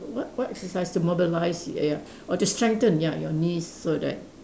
what what exercise to mobilise ya ya or to strengthen ya your knees so that